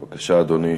בבקשה, אדוני.